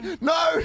No